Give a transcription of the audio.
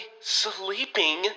sleeping